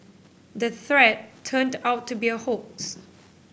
the threat turned out to be a hoax